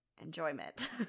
enjoyment